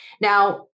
Now